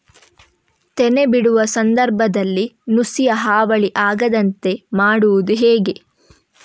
ತೆನೆ ಬಿಡುವ ಸಂದರ್ಭದಲ್ಲಿ ನುಸಿಯ ಹಾವಳಿ ಆಗದಂತೆ ಮಾಡುವುದು ಹೇಗೆ?